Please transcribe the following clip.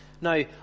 No